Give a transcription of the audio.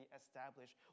established